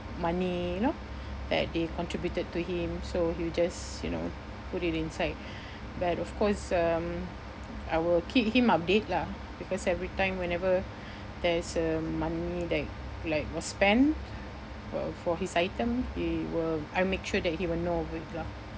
money you know that they contributed to him so he'll just you know put it inside but of course um I will keep him update lah because every time whenever there's uh money that like like was spent uh for his item he will I'll make sure that he will know of it lah